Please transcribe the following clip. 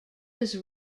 was